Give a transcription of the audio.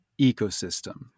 ecosystem